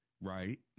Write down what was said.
right